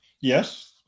Yes